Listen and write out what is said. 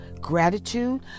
gratitude